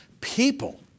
People